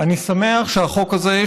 אני שמח שהחוק הזה,